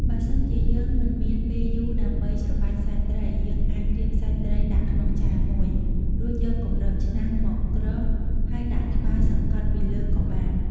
បើសិនជាយើងមិនមានពេលយូរដើម្បីច្របាច់សាច់ត្រី យើងអាចរៀបសាច់ត្រីដាក់ក្នុងចានមួយ រួចយកគម្របឆ្នាំងមកគ្រប ហើយដាក់ត្បាល់សង្កត់ពីលើក៏បាន។